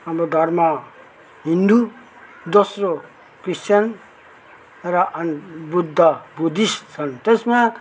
हाम्रो धर्म हिन्दू दोस्रो क्रिश्चियान र अनि बुद्ध बुद्धिस्ट छन् त्यसमा